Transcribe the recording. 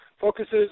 focuses